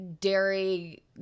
dairy